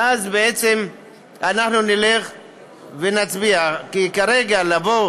ואז אנחנו נלך ונצביע, כי כרגע לבוא